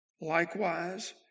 Likewise